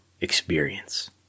experience